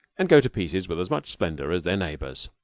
and go to pieces with as much splendor as their neighbors.